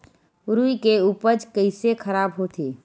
रुई के उपज कइसे खराब होथे?